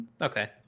okay